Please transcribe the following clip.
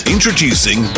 Introducing